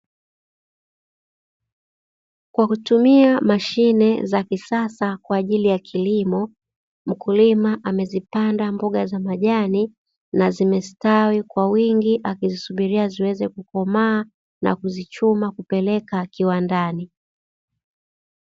Kwa kutumia mashine za kisasa kwa ajili ya kilimo mkulima amezipanda mboga za majani na zimestawi kwa wingi, akizisubiria ziweze kukomaa na kuzichuma kupeleka kiwandani.